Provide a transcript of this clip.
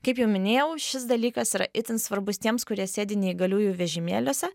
kaip jau minėjau šis dalykas yra itin svarbus tiems kurie sėdi neįgaliųjų vežimėliuose